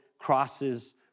crosses